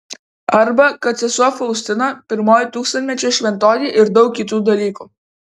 arba kad sesuo faustina pirmoji tūkstantmečio šventoji ir daug kitų dalykų